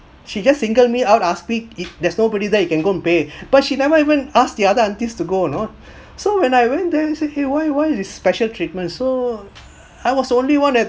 she just single me out ask me if there's nobody that you can go and pay but she never even ask the other aunties to go you know so when I went there and say why why this special treatment so I was only one at